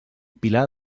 pilar